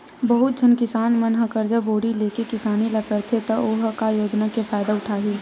बहुत झन किसान मन ह करजा बोड़ी लेके किसानी ल करथे त ओ ह का योजना के फायदा उठाही